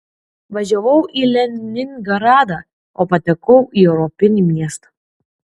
važiavau į leningradą o patekau į europinį miestą